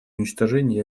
уничтожении